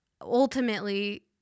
ultimately